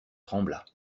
trembla